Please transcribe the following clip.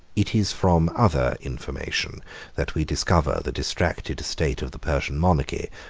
it is from other information that we discover the distracted state of the persian monarchy,